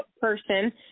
person